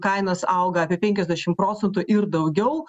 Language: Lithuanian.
kainos auga apie penkiasdešim procentų ir daugiau